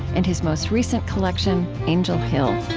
and his most recent collection, angel hill